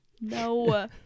No